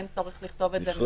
אין צורך לכתוב את זה.